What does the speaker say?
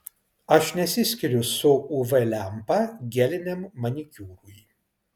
aš nesiskiriu su uv lempa geliniam manikiūrui